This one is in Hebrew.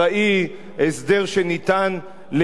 הסדר שניתן ליישם אותו.